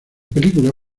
película